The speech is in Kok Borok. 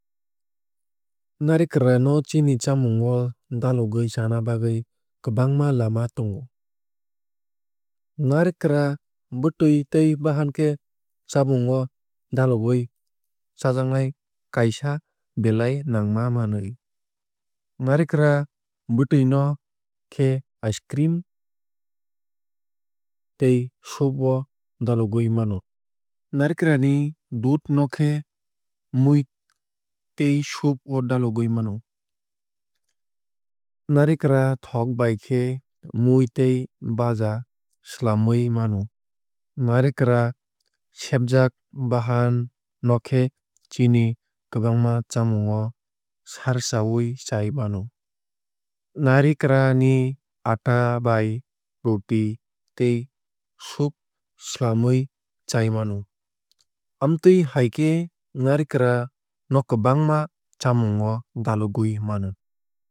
Narikra no chini chamung o dalogwui chana bagwui kwbangma lama tongo. Narikra bwtwui tei bahan khe chamung o dalogwui chajaknai kaisa belai nangma manwui. Narikra bwtwui no khe icecream tei soup o dalogwui mano. Narikra ni dudh no khe mui tei soup o dalogwui mano. Narikra thok bai khe mui tei baja swlamwui mano. Narikra sebjak bahan no khe chini kwbangma chamung o sarchawui chai mano. Narikra ni ata bai roti tei soup swlamwui chai mano. Amtwui hai khe narikra no kwbangma chamung o dalgwio mano.